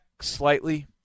slightly